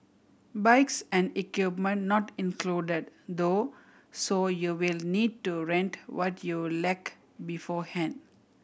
bikes and equipment not included though so you'll need to rent what you lack beforehand